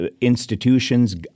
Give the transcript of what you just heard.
institutions